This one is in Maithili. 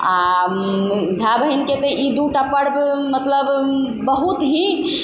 एहि भाय बहिनके तऽ ई दूटा पर्व मतलब बहुत ही